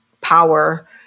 power